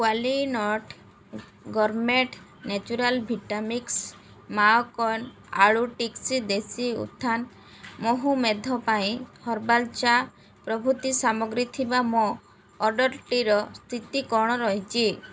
Qualinut gourmet natural Vitamix ମାଆକନ୍ ଆଳୁ chips ଦେଶୀ ଉତ୍ଥାନ ମଧୁମେହ ପାଇଁ ହର୍ବାଲ୍ ଚା' ପ୍ରଭୃତି ସାମଗ୍ରୀ ଥିବା ମୋ ଅଡ଼ର୍ଟିର ସ୍ଥିତି କ'ଣ ରହିଛି